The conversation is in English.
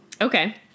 okay